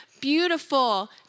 beautiful